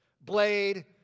blade